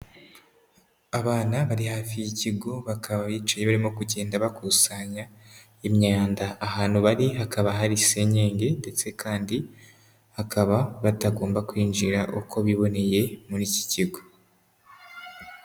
Abana bari hafi y'ikigo, bakaba bicaye barimo kugenda bakusanya imyanda, ahantu bari hakaba hari senyenge ndetse kandi hakaba batagomba kwinjira uko biboneye muri iki kigo.